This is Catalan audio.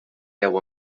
deu